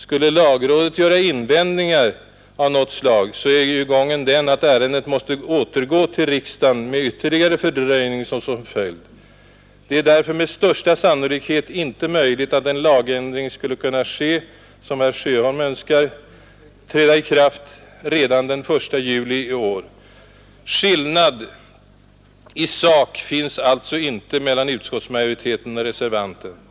Skulle lagrådet göra invändningar av något slag, är gången den, att ärendet måste återgå till riksdagen med ytterligare fördröjning som följd. Det är därför med största sannolikhet inte möjligt att en lagändring skulle kunna, som herr Sjöholm önskar, träda i kraft redan den 1 juli i år. Skillnad i sak finns alltså inte mellan utskottsmajoriteten och reservanten.